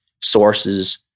sources